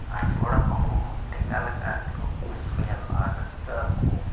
ᱟᱨ ᱠᱚᱲᱟ ᱠᱚ ᱦᱚᱸ ᱰᱮᱸᱜᱟ ᱞᱮᱠᱷᱟᱡ ᱠᱚ ᱢᱚᱡᱽ ᱠᱚ ᱧᱮᱞᱚᱜᱼᱟ ᱟᱨ ᱨᱟᱹᱥᱠᱟᱹᱜ ᱟᱠᱚ